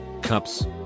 Cups